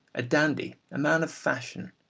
a dandy, a man of fashion.